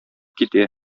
китә